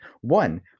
One